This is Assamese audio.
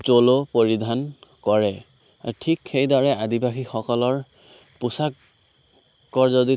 চ'ল' পৰিধান কৰে ঠিক সেইদৰে আদিবাসীসকলৰ পোচাকৰ যদি